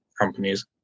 companies